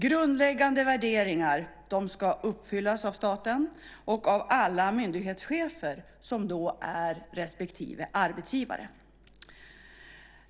Grundläggande värderingar ska uppfyllas av staten och av alla myndighetschefer som är arbetsgivare.